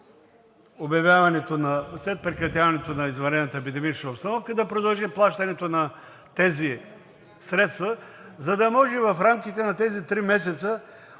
след прекратяването на извънредната епидемична обстановка да продължи плащането на тези средства, за да може в рамките на тези три месеца